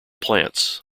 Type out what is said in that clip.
plants